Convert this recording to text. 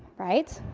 right?